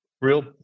real